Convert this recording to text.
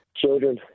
Children